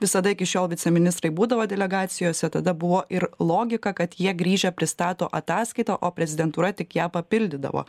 visada iki šiol viceministrai būdavo delegacijose tada buvo ir logika kad jie grįžę pristato ataskaitą o prezidentūra tik ją papildydavo